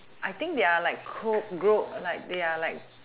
I think they are like co~ gro~ like they are like